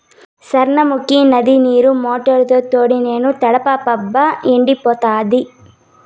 సార్నముకీ నది నీరు మోటారుతో తోడి చేను తడపబ్బా ఎండిపోతాంది